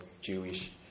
Jewish